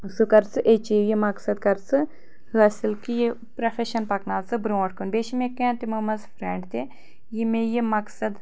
سُہ کر ژٕ ایچیٖو یہِ مقصد کر ژٕ حٲصل کہِ یہِ پروفیشن پکناو ژٕ برٛونٛٹھ کُن بیٚیہِ چھِ مےٚ کینٛہہ تِمو منٛز فرینٛڈ تہِ یِم مےٚ یہِ مقصد